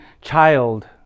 child